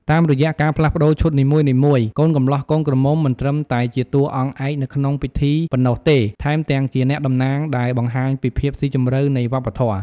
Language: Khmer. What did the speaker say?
តាមរយៈការផ្លាស់ប្ដូរឈុតនីមួយៗ កូនកម្លោះកូនក្រមុំមិនត្រឹមតែជាតួអង្គឯកនៅក្នុងពិធីប៉ុណ្ណោះទេ ថែមទាំងជាអ្នកតំណាងដែលបង្ហាញពីភាពស៊ីជម្រៅនៃវប្បធម៌។